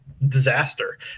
disaster